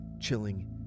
chilling